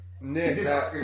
Nick